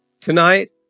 Tonight